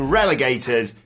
relegated